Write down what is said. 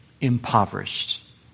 impoverished